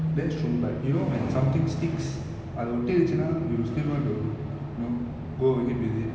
that's true but you know when something sticks அது ஒட்டிரிச்சுனா:athu ottirichuna you will still go to you know go ahead with it